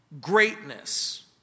greatness